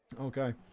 Okay